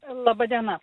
laba diena